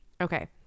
okay